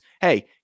hey